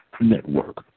Network